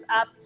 up